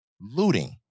looting